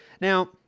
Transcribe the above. Now